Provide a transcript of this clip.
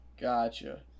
Gotcha